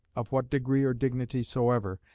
of what degree or dignity soever,